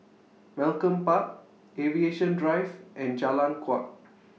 Malcolm Park Aviation Drive and Jalan Kuak